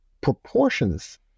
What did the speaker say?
proportions